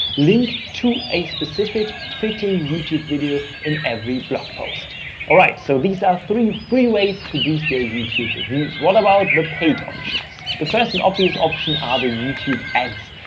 link to a specific fitting youtube video in every blog post. all right. so these are three free ways to boost your youtube views. what about the paid options? the first, an obvious option are the youtube ads,